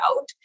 out